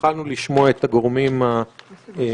והתחלנו לשמוע את הגורמים המקצועיים.